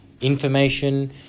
information